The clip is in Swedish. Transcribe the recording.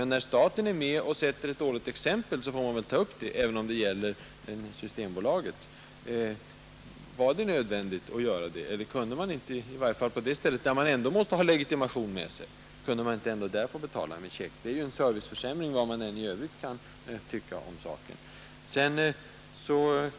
Men när staten är med och ger ett dåligt exempel, så bör väl den saken påpekas även om det gäller Systembolaget! Var det nödvändigt att göra på det sättet? Varför kan inte kunderna, när de ändå måste ha legitimation med sig, få betala med en check? Detta är en serviceförsämring, vad man än i övrigt kan tycka om saken.